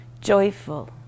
joyful